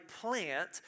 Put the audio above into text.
plant